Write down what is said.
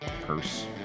purse